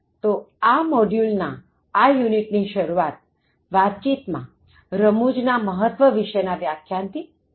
તોઆ મોડ્યુલ ના આ યુનિટ ની શરુઆત વાતચીત માં રમૂજ ના મહત્ત્વ વિશેના વ્યાખ્યાન થી કરીએ